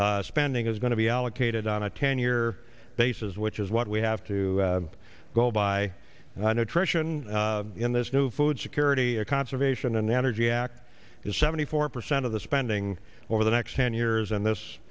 bill spending is going to be allocated on a ten year basis which is what we have to go by the nutrition in this new food secure city of conservation and energy act is seventy four percent of the spending over the next ten years and this